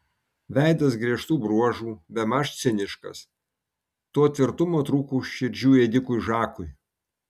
veidas griežtų bruožų bemaž ciniškas to tvirtumo trūko širdžių ėdikui žakui